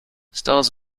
stars